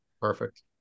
perfect